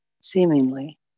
seemingly